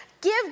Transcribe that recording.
Give